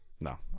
No